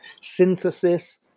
synthesis